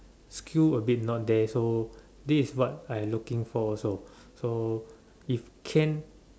skill a bit not there so this is what I looking for also so if can